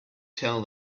tell